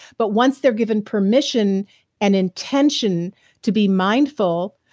but once they're given permission and intention to be mindful,